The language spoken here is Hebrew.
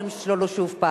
ויכולים לשלול לו שוב.